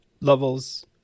levels